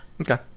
Okay